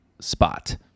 spot